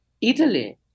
Italy